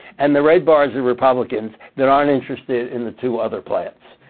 and the red bars are republicans that aren't interested in the two other plans.